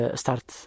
start